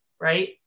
Right